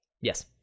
Yes